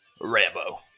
Rambo